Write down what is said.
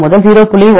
94 0